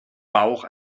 bauch